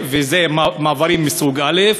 אלה מעברים מסוג אחד,